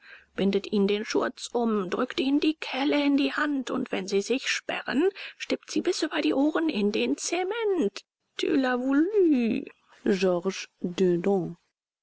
bindet ihnen den schurz um drückt ihnen die kelle in die hand und wenn sie sich sperren stippt sie bis über die ohren in den zement